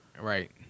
right